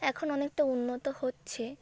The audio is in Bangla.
এখন অনেকটা উন্নত হচ্ছে